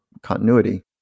Continuity